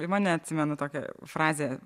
į mane atsimenu tokią frazę